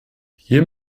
hier